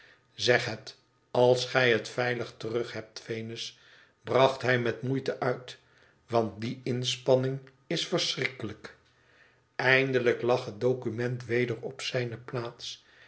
zeg het als gij het veilig terug hebt venus bracht hij met moeite uit want die inspanning is verschrikkelijk eindelijk lag het document weder op zijne plaats